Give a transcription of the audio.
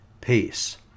Peace